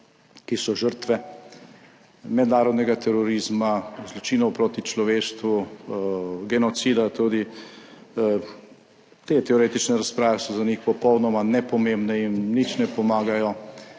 ki so žrtve mednarodnega terorizma, zločinov proti človeštvu, genocida tudi, te teoretične razprave so za njih popolnoma nepomembne, jim nič ne pomagajo,